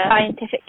scientific